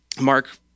Mark